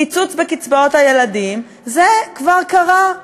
קיצוץ בקצבאות הילדים, זה כבר קרה.